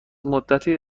مدتی